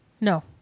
No